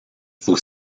faut